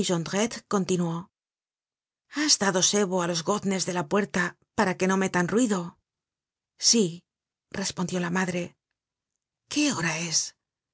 continuó has dado sebo á los goznes de la puerta para que no metan ruido sí respondió la madre content from google book search generated at qué hora es